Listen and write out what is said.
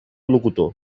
locutor